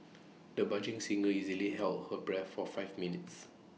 the budding singer easily held her breath for five minutes